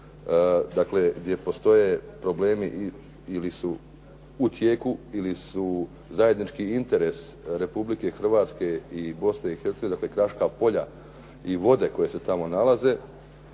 gdje postoje problemi ili su u tijeku ili su zajednički interes Republike Hrvatske i Bosne i Hercegovine, dakle kraška polja i vode koja se tamo nalaze,